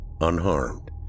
unharmed